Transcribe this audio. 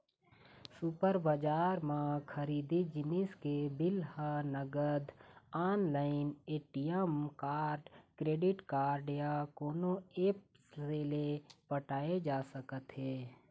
super बजार म खरीदे जिनिस के बिल ह नगद, online, ATM card, credit card या कोनो ऐप्स ले पटाए जा सकत हे